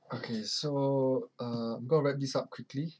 okay so uh I'm gonna wrap this up quickly